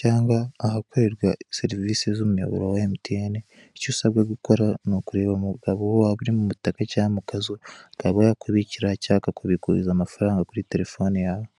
cyangwa gushaka ahakorerwa serivisi z'umuyoboro wa MTN, icyo ukeneye gukora ni ukureba umugabo waba uri mu mutaka cyangwa mu kazu, akaba yakubikira cyangwa akakubikuriza amafaranga kuri terefone yawe